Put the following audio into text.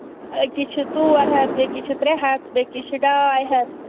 أکِس چھِ ژور ہَتھ بیٚیِس چھِ ترٛےٚ ہَتھ بیٚیِس چھِ ڈاے ہَتھ